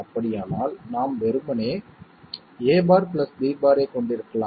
அப்படியானால் நாம் வெறுமனே a' b' ஐக் கொண்டிருக்கலாம்